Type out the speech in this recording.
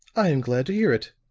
i am glad to hear it.